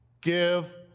give